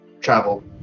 travel